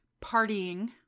partying